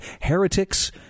heretics